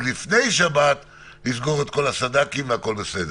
לפני שבת לסגור את כל הסד"כים והכול בסדר.